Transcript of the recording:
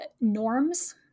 norms